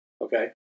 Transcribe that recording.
okay